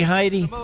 Heidi